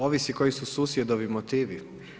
Ovisi koji su susjedovi motivi.